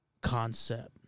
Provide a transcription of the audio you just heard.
concept